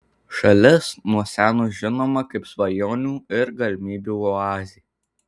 šalis nuo seno žinoma kaip svajonių ir galimybių oazė